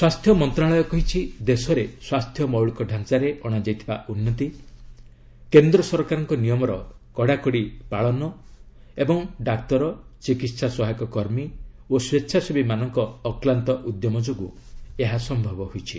ସ୍ୱାସ୍ଥ୍ୟ ମନ୍ତ୍ରଣାଳୟ କହିଛି ଦେଶରେ ସ୍ୱାସ୍ଥ୍ୟ ମୌଳିକତ୍ତାଞାରେ ଅଣାଯାଇଥିବା ଉନ୍ନତି କେନ୍ଦ୍ର ସରକାରଙ୍କ ନିୟମର କଡ଼ାକଡ଼ି ପାଳନ ଓ ଡାକ୍ତର ଚିକିତ୍ସା ସହାୟକ କର୍ମୀ ଏବଂ ସ୍ୱେଚ୍ଛାସେବୀ ମାନଙ୍କ ଅକ୍ଲାନ୍ତ ଉଦ୍ୟମ ଯୋଗୁଁ ଏହା ସମ୍ଭବ ହୋଇଛି